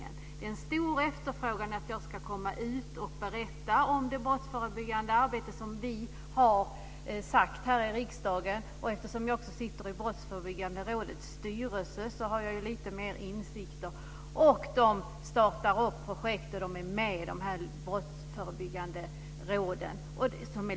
Det finns en stor efterfrågan att jag ska komma ut och berätta om det brottsförebyggande arbete som vi har talat om här i riksdagen. Eftersom jag också sitter i Brottsförebyggande rådets styrelse har jag lite insyn där. Man startar upp projekt och är med i de lokala brottsförebyggande råden.